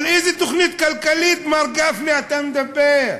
על איזו תוכנית כלכלית, מר גפני, אתה מדבר?